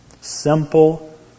Simple